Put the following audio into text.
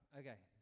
okay